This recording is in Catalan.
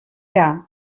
que